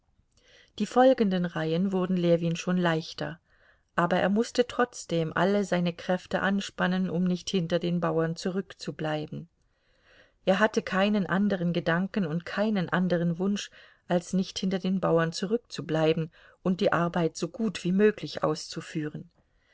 die folgenden reihen wurden ljewin schon leichter aber er mußte trotzdem alle seine kräfte anspannen um nicht hinter den bauern zurückzubleiben er hatte keinen andern gedanken und keinen anderen wunsch als nicht hinter den bauern zurückzubleiben und die arbeit so gut wie möglich auszuführen